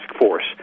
Force